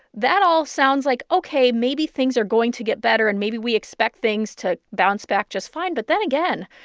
that all sounds like, ok. maybe things are going to get better, and maybe we expect things to bounce back just fine. but then again,